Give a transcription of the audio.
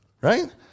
right